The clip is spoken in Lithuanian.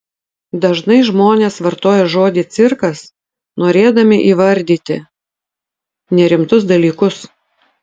dažnai žmonės vartoja žodį cirkas norėdami įvardyti nerimtus dalykus